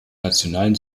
nationalen